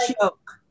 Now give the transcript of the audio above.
joke